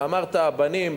ואמרת בנים,